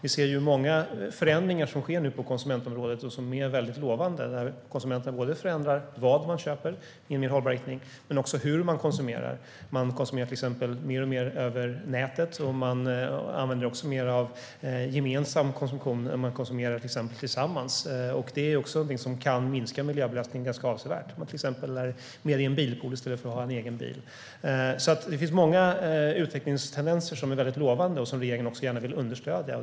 Vi ser nu många förändringar som sker på konsumentområdet och som är väldigt lovande, där konsumenterna inte bara förändrar vad de köper i mer hållbar riktning utan också förändrar hur de konsumerar. De konsumerar till exempel alltmer över nätet. De använder också mer av gemensam konsumtion. De konsumerar till exempel tillsammans. Det är någonting som kan minska miljöbelastningen ganska avsevärt. De är till exempel med i en bilpool i stället för att ha en egen bil. Det finns många utvecklingstendenser som är väldigt lovande och som regeringen gärna vill understödja.